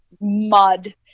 mud